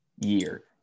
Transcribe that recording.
year